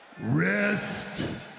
Rest